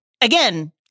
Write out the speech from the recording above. Again